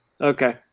Okay